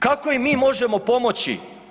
Kako im mi možemo pomoći?